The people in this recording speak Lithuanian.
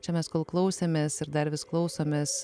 čia mes klausėmės ir dar vis klausomės